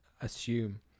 assume